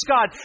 God